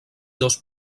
dos